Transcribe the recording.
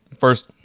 First